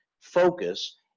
focus